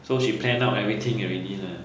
so she plan out everything already leh